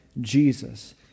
Jesus